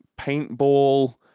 paintball